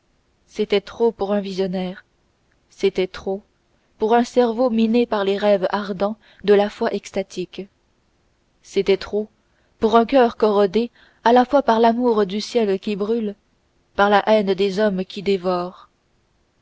c'était trop pour un visionnaire c'était trop pour un cerveau miné par les rêves ardents de la foi extatique c'était trop pour un coeur corrodé à la fois par l'amour du ciel qui brûle par la haine des hommes qui dévore